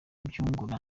byungura